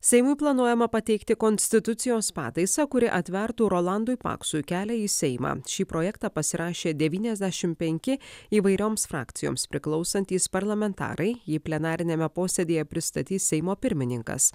seimui planuojama pateikti konstitucijos pataisą kuri atvertų rolandui paksui kelią į seimą šį projektą pasirašė devyniasdešim penki įvairioms frakcijoms priklausantys parlamentarai jį plenariniame posėdyje pristatys seimo pirmininkas